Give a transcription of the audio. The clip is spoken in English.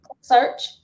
Search